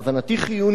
דחוף מאוד,